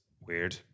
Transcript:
weird